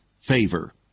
favor